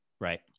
Right